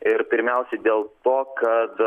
ir pirmiausia dėl to kad